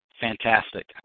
Fantastic